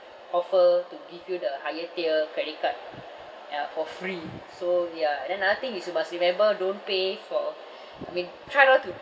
offer to give you the higher tier credit card ya for free so ya and then another thing is you must remember don't pay for I mean try not to